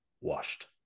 washed